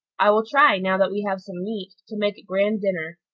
i will try, now that we have some meat, to make a grand dinner.